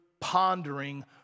pondering